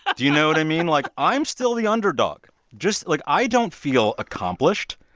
do you know what i mean? like, i'm still the underdog. just like, i don't feel accomplished.